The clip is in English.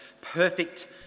perfect